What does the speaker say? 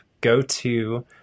go-to